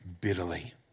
bitterly